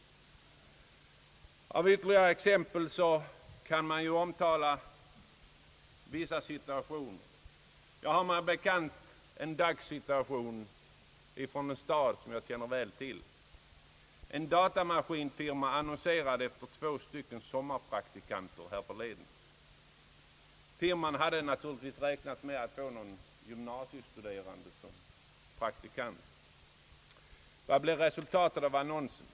Det kan anföras ytterligare exempel på den föreliggande situationen. Jag har mig bekant att en datamaskinfirma i en stad som jag väl känner till härförleden annonserade efter två sommarpraktikanter. Firman hade naturligtvis räknat med att få någon gymnasiestuderande som praktikant. Vad blev resultatet av annonsen?